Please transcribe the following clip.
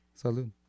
Salud